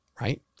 right